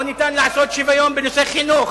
לא ניתן לעשות שוויון בנושא חינוך,